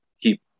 keep